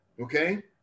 Okay